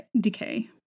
decay